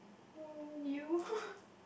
oh you